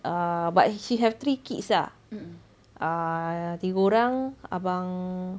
err but she have three kids ah err tiga orang abang